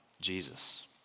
Jesus